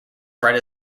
fred